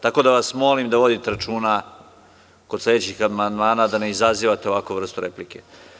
Tako da vas molim da vodite računa kod sledećih amandmana da ne izazivate ovakvu vrstu replike.